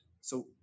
So-